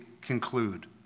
conclude